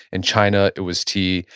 and china, it was tea.